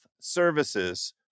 Services